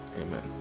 amen